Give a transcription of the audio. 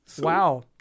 Wow